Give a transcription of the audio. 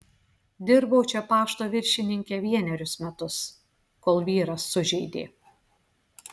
dirbau čia pašto viršininke vienerius metus kol vyras sužeidė